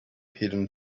hidden